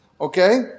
okay